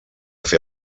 fer